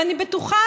ואני בטוחה,